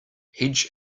hedge